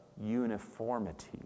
uniformity